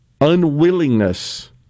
unwillingness